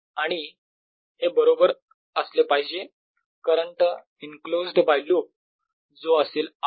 आणि हे बरोबर असले पाहिजे करंट एन्क्लोज्ड बाय लुप जो असेल I